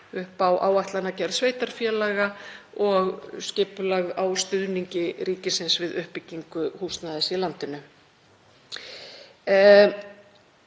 upp á áætlanagerð sveitarfélaga og skipulag á stuðningi ríkisins við uppbyggingu húsnæðis í landinu.